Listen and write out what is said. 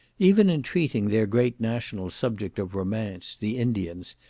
even in treating their great national subject of romance, the indians,